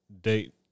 date